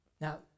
Now